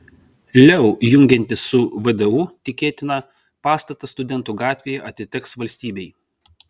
leu jungiantis su vdu tikėtina pastatas studentų gatvėje atiteks valstybei